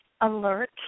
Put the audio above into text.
alert